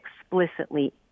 explicitly